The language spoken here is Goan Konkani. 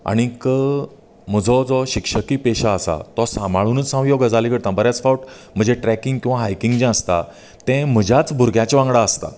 आनीक म्हजो जो शिक्षकी पेशा आसा तो सांबाळुनूच हांव ह्यो गजाली करतां बऱ्याच फावट म्हजें ट्रॅकींग किंवा हायकींग जें आसता तें म्हज्याच भुरग्याच वांगडा आसता